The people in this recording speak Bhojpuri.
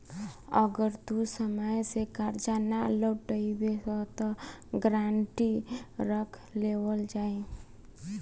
अगर तू समय से कर्जा ना लौटइबऽ त गारंटी रख लेवल जाई